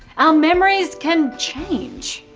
our memories can change.